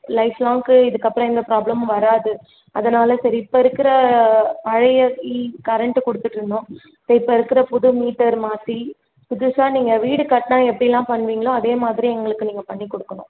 life லாங்குக்கு இதுக்கு அப்புறம் எந்த ஃப்ராப்ளமும் வராது அதனால் சரி இப்போ இருக்கிற பழைய ஈ கரண்ட் கொடுத்துட்டு இருந்தோம் இப்போது இருக்கிற புது மீட்டர் மாற்றி புதுசாக நீங்கள் வீடு கட்டினா நீங்கள் எப்படிலாம் பண்ணுவீங்களோ அதே மாதிரி எங்களுக்கு நீங்கள் பண்ணி கொடுக்கணும்